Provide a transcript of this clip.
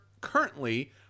currently